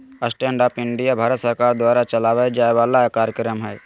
stand up India Bharat सरकार द्वारा चलावल जाय वाला कार्यक्रम हय